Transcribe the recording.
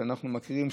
שאנחנו מכירים,